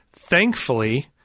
Thankfully